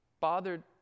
bothered